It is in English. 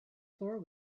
floor